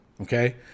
Okay